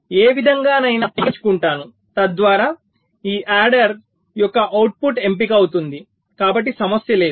ఏ విధంగానైనా నేను మార్కులను ఎంచుకుంటాను తద్వారా ఈ యాడెర్ యొక్క అవుట్పుట్ ఎంపిక అవుతుంది కాబట్టి సమస్య లేదు